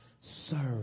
serve